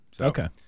Okay